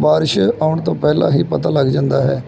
ਬਾਰਿਸ਼ ਆਉਣ ਤੋਂ ਪਹਿਲਾਂ ਹੀ ਪਤਾ ਲੱਗ ਜਾਂਦਾ ਹੈ